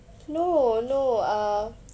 no no uh